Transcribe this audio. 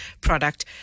product